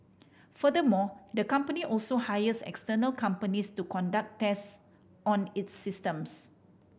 furthermore the company also hires external companies to conduct test on its systems